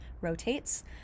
rotates